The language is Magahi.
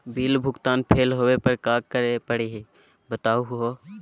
बिल भुगतान फेल होवे पर का करै परही, बताहु हो?